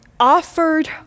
Offered